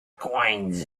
coins